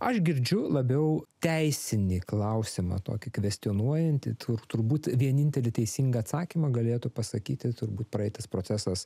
aš girdžiu labiau teisinį klausimą tokį kvestionuojantį tur turbūt vienintelį teisingą atsakymą galėtų pasakyti turbūt praeitas procesas